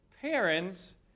Parents